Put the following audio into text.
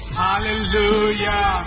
hallelujah